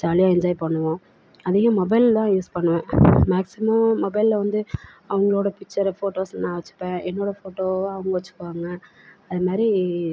ஜாலியாக என்ஜாய் பண்ணுவோம் அதிகம் மொபைல் தான் யூஸ் பண்ணுவேன் மேக்ஸிமம் மொபைலில் வந்து அவர்களோட பிச்ஸரை ஃபோட்டோஸ் நான் வைச்சுப்பேன் என்னோடய ஃபோட்டோவை அவங்க வைச்சுப்பாங்க அது மாதிரி